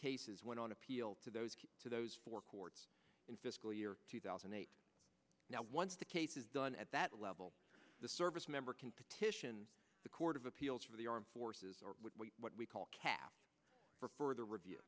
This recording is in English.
cases went on appeal to those to those four courts in fiscal year two thousand and eight now once the case is done at that level the service member can petition the court of appeals for the armed forces or what we call caps for further review